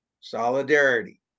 solidarity